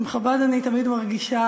עם חב"ד אני תמיד מרגישה